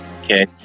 okay